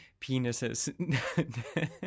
penises